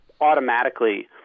automatically